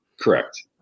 Correct